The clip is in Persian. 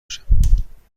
بشیم